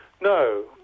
No